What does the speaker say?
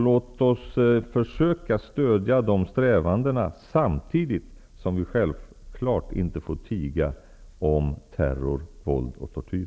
Låt oss försöka stödja dessa strävanden samtidigt som vi självfallet inte får tiga om terror, våld och tortyr!